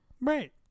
right